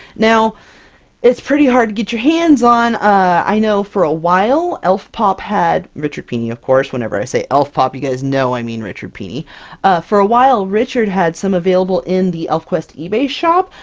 now it's pretty hard to get your hands on, i know for a while elfpop had richard pini, of course, whenever i say elfpop you guys know i mean richard pini for a while richard had some available in the elfquest ebay shop.